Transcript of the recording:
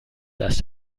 dass